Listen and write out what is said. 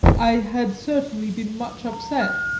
i had certainly been much upset.